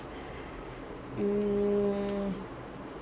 mm